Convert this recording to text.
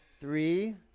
Three